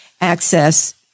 access